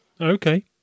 okay